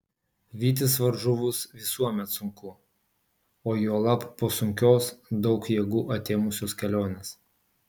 vytis varžovus visuomet sunku o juolab po sunkios daug jėgų atėmusios kelionės